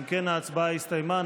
אם כן, ההצבעה הסתיימה.